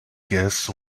guess